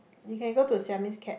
we can go to Siamese cat